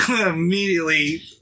Immediately